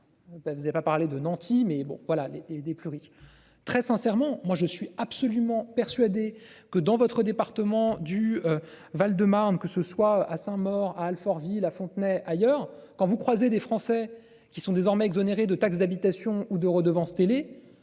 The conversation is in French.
vous avez pas parlé de nantis mais bon voilà les des plus riches. Très sincèrement, moi je suis absolument persuadé que dans votre département du Val-de-Marne, que ce soit à cinq morts à Alfortville à Fontenais ailleurs quand vous croisez des Français qui sont désormais exonérés de taxe d'habitation ou de redevance télé.